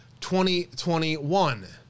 2021